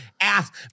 ask